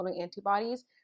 antibodies